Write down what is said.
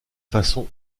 façon